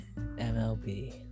mlb